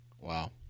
Wow